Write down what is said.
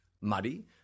muddy